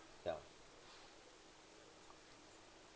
fell